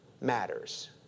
matters